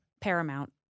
Paramount